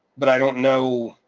but i don't know.